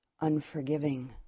unforgiving